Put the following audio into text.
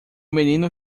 menino